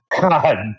God